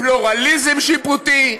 פלורליזם שיפוטי.